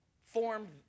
formed